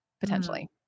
Potentially